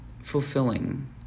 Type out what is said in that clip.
fulfilling